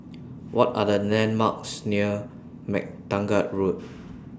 What Are The landmarks near MacTaggart Road